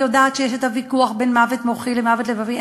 אני יודעת שיש את הוויכוח על מוות מוחי ומוות לבבי,